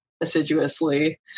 assiduously